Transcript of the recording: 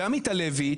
ועמית הלוי,